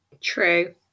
True